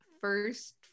first